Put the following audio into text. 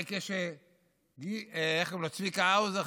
הרי כשצביקה האוזר,